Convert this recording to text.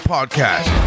Podcast